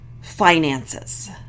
Finances